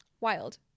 Wild